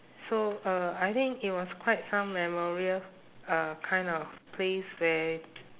so uh I think it was quite some memorial uh kind of place where